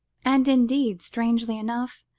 and, indeed, strangely enough,